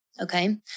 Okay